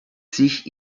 sich